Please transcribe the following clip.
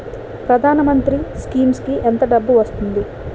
ప్రధాన మంత్రి స్కీమ్స్ కీ ఎంత డబ్బు వస్తుంది?